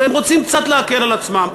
והם רוצים קצת להקל על עצמם,